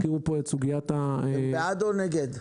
אתם בעד או נגד?